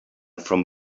from